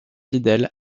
fidèle